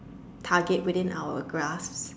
target within our grasp